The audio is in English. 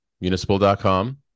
municipal.com